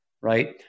Right